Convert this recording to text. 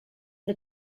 the